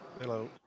Hello